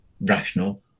rational